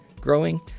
growing